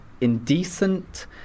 indecent